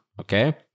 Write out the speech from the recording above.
okay